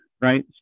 right